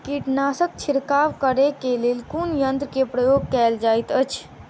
कीटनासक छिड़काव करे केँ लेल कुन यंत्र केँ प्रयोग कैल जाइत अछि?